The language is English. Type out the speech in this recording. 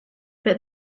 but